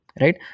right